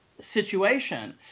situation